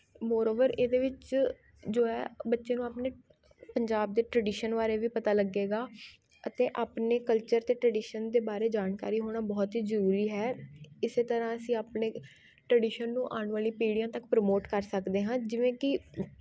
moreover ਇਹਦੇ ਵਿੱਚ ਜੋ ਹੈ ਬੱਚੇ ਨੂੰ ਆਪਣੇ ਪੰਜਾਬ ਦੇ ਟਰਡੀਸ਼ਨ ਬਾਰੇ ਵੀ ਪਤਾ ਲੱਗੇਗਾ ਅਤੇ ਆਪਣੇ ਕਲਚਰ ਅਤੇ ਟਰਡੀਸ਼ਨ ਦੇ ਬਾਰੇ ਜਾਣਕਾਰੀ ਹੋਣਾ ਬਹੁਤ ਹੀ ਜ਼ਰੂਰੀ ਹੈ ਇਸ ਤਰ੍ਹਾਂ ਅਸੀਂ ਆਪਣੇ ਟਰਡੀਸ਼ਨ ਨੂੰ ਆਉਣ ਵਾਲੀ ਪੀੜ੍ਹੀਆਂ ਤੱਕ ਪ੍ਰਮੋਟ ਕਰ ਸਕਦੇ ਹਾਂ ਜਿਵੇਂ ਕਿ